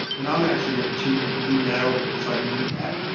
and i'm actually going to cheat and leave that open because i need that.